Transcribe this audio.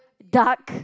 dark